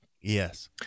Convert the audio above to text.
Yes